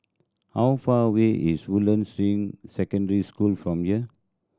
how far away is Woodlands Ring Secondary School from here